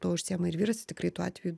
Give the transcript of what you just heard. tuo užsiima ir vyras tikrai tų atvejų